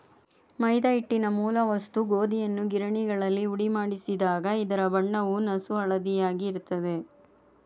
ಮೈದಾ ಹಿಟ್ಟಿನ ಮೂಲ ವಸ್ತು ಗೋಧಿಯನ್ನು ಗಿರಣಿಗಳಲ್ಲಿ ಹುಡಿಮಾಡಿಸಿದಾಗ ಇದರ ಬಣ್ಣವು ನಸುಹಳದಿಯಾಗಿ ಇರ್ತದೆ